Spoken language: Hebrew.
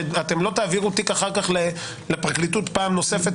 אתם לא תעבירו אחר כך לפרקליטות פעם נוספת